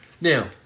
Now